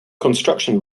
construction